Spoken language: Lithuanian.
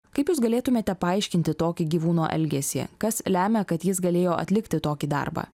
kaip jūs galėtumėte paaiškinti tokį gyvūno elgesį kas lemia kad jis galėjo atlikti tokį darbą